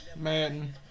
Madden